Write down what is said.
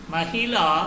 Mahila